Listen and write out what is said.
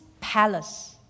palace